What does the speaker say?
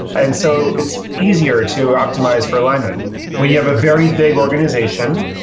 and so it's easier to optimize for alignment when you have a very big organization,